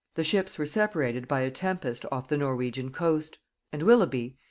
the ships were separated by a tempest off the norwegian coast and willoughby,